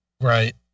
Right